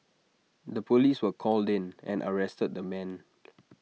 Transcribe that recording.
the Police were called in and arrested the man